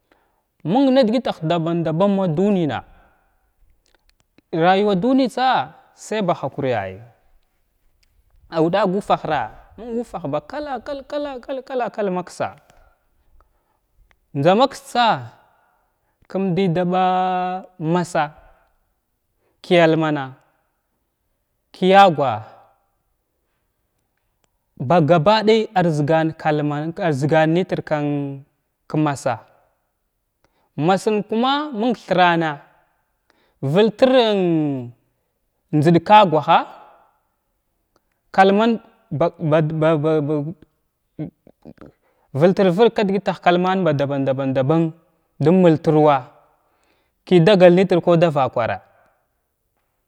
Məng na dəgəttah daban daban ma duniyna rayu ndunitsa say ba hukri aw ɗaga ufhahra məng mufah ba kala kal-kala kal-kala ba kala kal maksa njza makstsa kum di da ɓa massa kiyalmana kiya gwa ɓagabaɗay ar zgan kalmana azgan natir kan kamassa masən kuma məng thrana vəlthirrin njzəd ka gwaha kalman bad ba ba ba ba um vəlthir vəlg ka dəgətah kalman ba daɓan daɓan daɓan daɓan də multruwa ki dagal natir ku da vakwara.